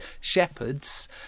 shepherds